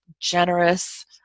generous